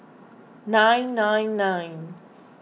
nine nine nine